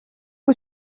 que